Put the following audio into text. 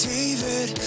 David